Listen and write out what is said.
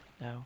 No